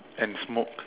and smoke